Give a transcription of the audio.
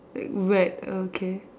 like rat okay